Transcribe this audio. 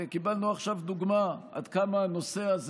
קיבלנו עכשיו דוגמה עד כמה הנושא הזה